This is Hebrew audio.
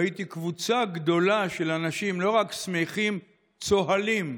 ראיתי קבוצה גדולה של אנשים לא רק שמחים, צוהלים.